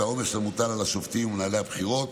העומס המוטל על השופטים ומנהלי הבחירות